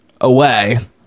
away